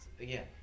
Again